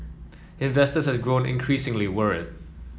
investors have grown increasingly worried